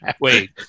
Wait